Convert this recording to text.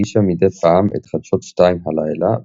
הגישה מדי פעם את "חדשות 2 הלילה",